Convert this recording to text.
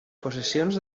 possessions